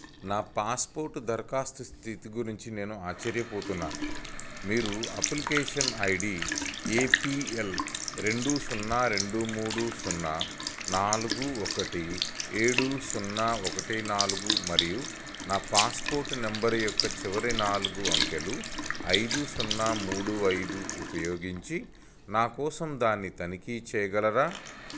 నా పాస్పోర్ట్ దరఖాస్తు స్థితి గురించి నేను ఆశ్చర్యపోతున్నాను మీరు application I D A P L రెండు సున్నా రెండు మూడు సున్నా నాలుగు ఒకటి ఏడు సున్నా ఒకటి నాలుగు మరియు నా పాస్పోర్ట్ నెంబర్ యొక్క చివరి నాలుగు అంకెలు ఐదు సున్నా మూడు ఐదు ఉపయోగించి నా కోసం దాన్ని తనిఖీ చేయగలరా